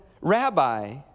rabbi